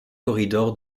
corridor